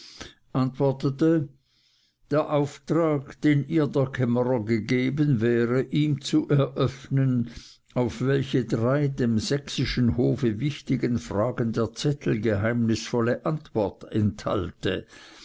antwortete der auftrag den ihr der kämmerer gegeben wäre ihm zu eröffnen auf welche drei dem sächsischen hofe wichtigen fragen der zettel geheimnisvolle antwort enthalte